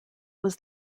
was